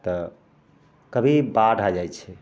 तऽ कभी बाढ़ि आबि जाइ छै